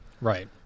Right